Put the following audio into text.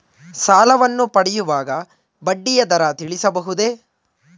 ಸಾಲವನ್ನು ಪಡೆಯುವಾಗ ಬಡ್ಡಿಯ ದರ ತಿಳಿಸಬಹುದೇ?